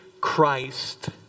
Christ